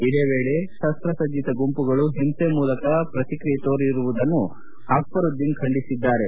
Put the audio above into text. ಇದೇ ವೇಳೆ ಶಸ್ತಸಜ್ಜಿತ ಗುಂಪುಗಳು ಹಿಂಸೆ ಮೂಲಕ ಶ್ರತಿಕ್ರಿಯೆ ತೋರಿರುವುದನ್ನು ಅಕ್ಷರುದ್ವೀನ್ ಖಂಡಿಸಿದ್ದಾರೆ